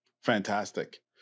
fantastic